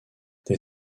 des